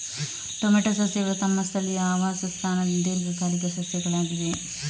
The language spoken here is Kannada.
ಟೊಮೆಟೊ ಸಸ್ಯಗಳು ತಮ್ಮ ಸ್ಥಳೀಯ ಆವಾಸ ಸ್ಥಾನದಲ್ಲಿ ದೀರ್ಘಕಾಲಿಕ ಸಸ್ಯಗಳಾಗಿವೆ